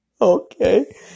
Okay